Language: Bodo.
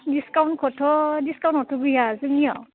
डिसकाउन्टखौथ' डिसकाउन्टाथ' गैया जोंनियाव